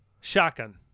Shotgun